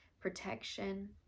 protection